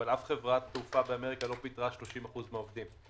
אבל אף חברת תעופה באמריקה לא פיטרה 30% מהעובדים.